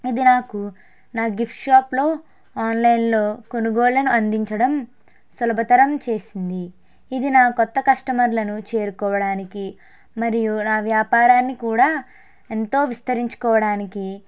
ఇది నాకు నా గిఫ్ట్స్ షాప్లో ఆన్లైన్లో కొనుగోళ్ళను అందించడం సులభతరం చేస్తుంది ఇది నా కొత్త కస్టమర్లకు చేరుకోవడానికి మరియు నా వ్యాపారాన్ని కూడా ఎంతో విస్తరించుకోవడానికి